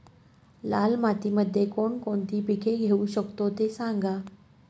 लाल मातीमध्ये कोणकोणती पिके घेऊ शकतो, ते सांगा